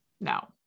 no